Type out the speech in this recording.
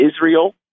Israel